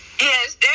yes